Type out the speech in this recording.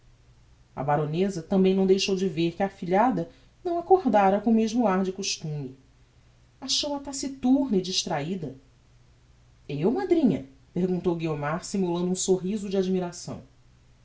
a baroneza tambem não deixou de ver que a afilhada não accordara com o mesmo ar do costume achou-a taciturna e distrahida eu madrinha perguntou guiomar simulando um sorriso de admiração